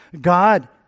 God